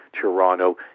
Toronto